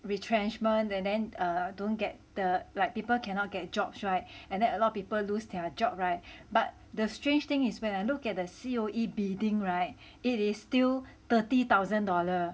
retrenchment and then err don't get the like people cannot get jobs [right] and then a lot of people lose their job [right] but the strange thing is when I look at the C_O_E bidding [right] it is still thirty thousand dollar